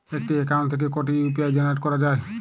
একটি অ্যাকাউন্ট থেকে কটি ইউ.পি.আই জেনারেট করা যায়?